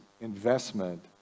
investment